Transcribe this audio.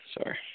Sorry